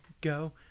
go